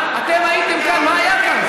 אתם הייתם כאן, מה היה כאן?